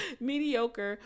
Mediocre